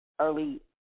early